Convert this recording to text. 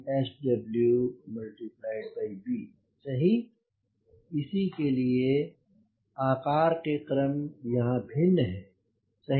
इसी लिए आकार के क्रम यहाँ भिन्न हैं सही